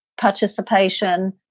participation